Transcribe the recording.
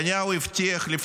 כמובן.